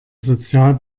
sozial